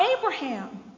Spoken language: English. Abraham